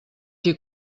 qui